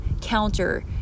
counter